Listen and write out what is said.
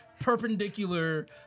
perpendicular